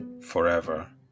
forever